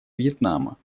вьетнама